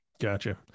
Gotcha